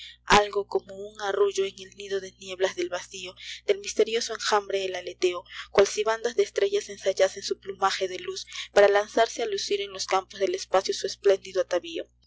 algo como ud arrullo en el nido de nieblas del vacio de misterioso enjambre el aleteo cual si bandas de estrellas ensayasen su plumaje de luz para lanzarse a lucir en los camposdel espacio su espléndido atavio